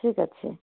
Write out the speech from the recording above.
ଠିକ୍ ଅଛି